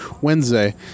Wednesday